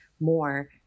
more